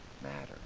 matter